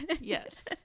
Yes